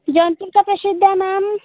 जौनपुर का प्रसिद्ध है मैम